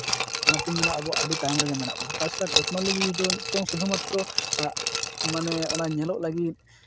ᱚᱱᱟᱛᱤᱧ ᱢᱮᱱᱟ ᱟᱵᱚᱣᱟᱜ ᱟᱹᱰᱤ ᱛᱟᱭᱚᱢ ᱨᱮᱜᱮ ᱢᱮᱱᱟᱜ ᱵᱚᱱᱟ ᱛᱟᱪᱷᱟᱲᱟ ᱴᱮᱠᱱᱚᱞᱚᱡᱤ ᱫᱚ ᱱᱤᱛᱚᱜ ᱥᱩᱫᱷᱩ ᱢᱟᱛᱨᱚ ᱢᱟᱱᱮ ᱚᱱᱟ ᱧᱮᱞᱚᱜ ᱞᱟᱹᱜᱤᱫ